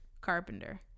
Carpenter